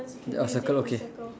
the oh circle okay